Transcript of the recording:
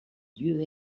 dieux